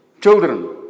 children